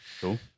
Cool